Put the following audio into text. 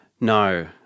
No